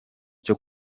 cyo